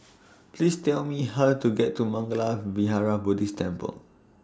Please Tell Me How to get to Mangala Vihara Buddhist Temple